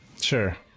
Sure